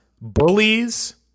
bullies